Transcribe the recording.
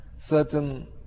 certain